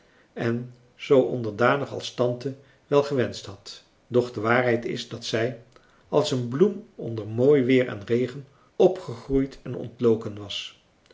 en zoo onderdanig als tante wel gewenscht had doch de waarheid is dat zij als een bloem onder mooi weer en regen opgegroeid en ontloken was